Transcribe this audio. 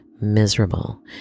miserable